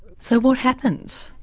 so what happens?